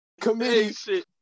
Committee